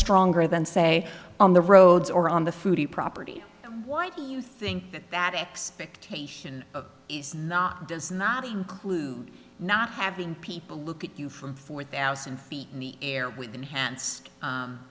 stronger than say on the roads or on the footie property why do you think that that expectation is not does not include not having people look at you from four thousand feet in the air with enhan